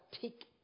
take